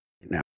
now